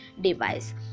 device